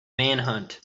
manhunt